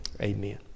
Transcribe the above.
Amen